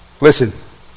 Listen